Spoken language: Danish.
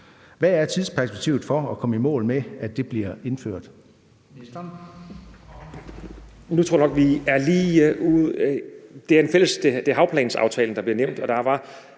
Hvad er tidsperspektivet for at komme i mål med, at det bliver indført?